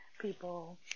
people